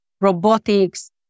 robotics